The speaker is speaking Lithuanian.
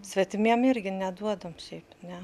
svetimiem irgi neduodam šiaip ne